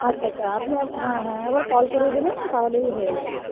আচ্ছা আচ্ছা আপনি হ্যাঁ হ্যাঁ একবার কল করিয়ে দেবেন তাহলেই হয়ে যাবে